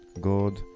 God